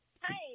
Hi